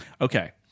Okay